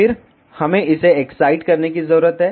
फिर हमें इसे एक्साइट करने की जरूरत है